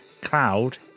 Cloud